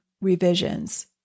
revisions